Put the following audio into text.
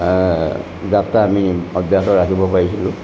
যাত্ৰা আমি অব্য়াহত ৰাখিব পাৰিছিলোঁ